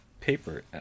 paper